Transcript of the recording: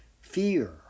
fear